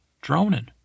droning